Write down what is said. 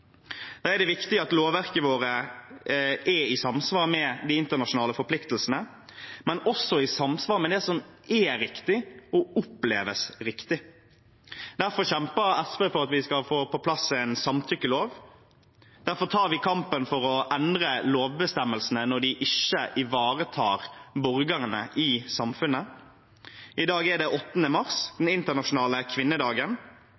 Da er det viktig at lovverket vårt er i samsvar med de internasjonale forpliktelsene, men også i samsvar med det som er riktig, og oppleves riktig. Derfor kjemper SV for at vi skal få på plass en samtykkelov. Derfor tar vi kampen for å endre lovbestemmelsene når de ikke ivaretar borgerne i samfunnet. I dag er det 8. mars,